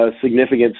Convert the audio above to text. significant